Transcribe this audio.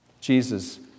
Jesus